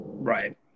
Right